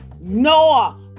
Noah